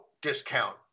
discount